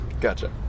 Gotcha